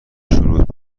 شروط